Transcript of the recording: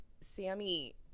sammy